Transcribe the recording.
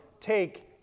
take